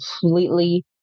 completely